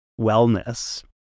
wellness